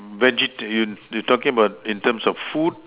vegetarian you talking about in terms of food